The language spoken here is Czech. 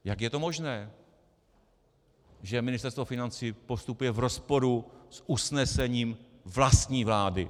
Jak je to možné, že Ministerstvo financí postupuje v rozporu s usnesením vlastní vlády?